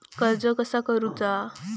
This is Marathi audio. कर्ज कसा करूचा?